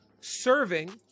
serving